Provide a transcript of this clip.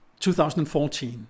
2014